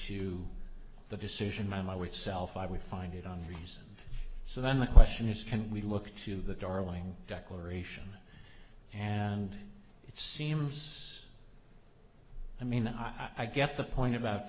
to the decision by my which self i would find it on reason so then the question is can we look to the darling declaration and it seems i mean i get the point about